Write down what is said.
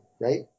right